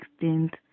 extent